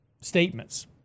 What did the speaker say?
statements